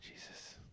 Jesus